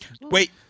Wait